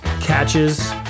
catches